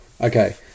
Okay